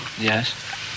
Yes